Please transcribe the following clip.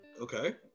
Okay